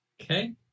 Okay